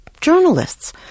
journalists